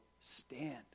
stand